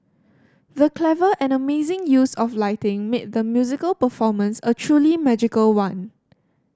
the clever and amazing use of lighting made the musical performance a truly magical one